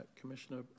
Commissioner